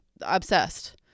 Obsessed